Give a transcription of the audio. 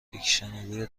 دیکشنری